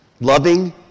Loving